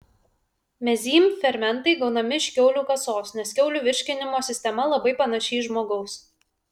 mezym fermentai gaunami iš kiaulių kasos nes kiaulių virškinimo sistema labai panaši į žmogaus